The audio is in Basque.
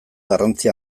garrantzi